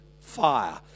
fire